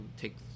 take